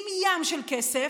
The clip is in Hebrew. עם ים של כסף,